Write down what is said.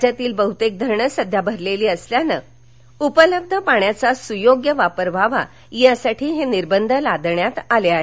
राज्यातील बहुतेक धरणे सध्या भरलेली असली तरी उपलब्ध पाण्याचा सुयोग्य वापर व्हावा यासाठी हे निर्बंध लादले गेले आहेत